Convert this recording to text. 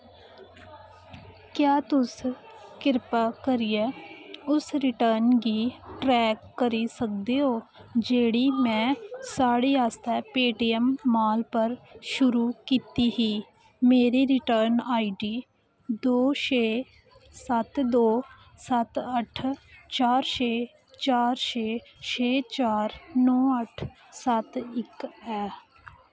क्या तुस किरपा करियै उस रिटर्न गी ट्रैक करी सकदे ओ जेह्ड़ी में साड़ी आस्तै पे टी एम मॉल पर शुरू कीती ही मेरी रिटर्न आई डी दो छे सत्त दो सत्त अट्ठ चार छे चार छे छे चार नौ अट्ठ सत्त इक ऐ